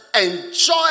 enjoy